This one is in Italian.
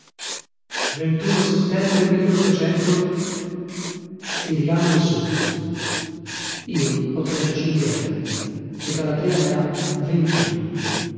veva settembre tiriamo le somme io ho trentacinque anni e galatea ne ha ventuno